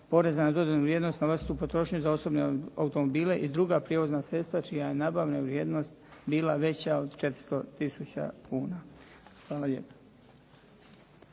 poreza na dodanu vrijednost na vlastitu potrošnju za osobne automobile i druga prijevozna sredstva čija je nabavna vrijednost bila veća od 400 tisuća kuna. Hvala lijepo.